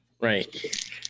Right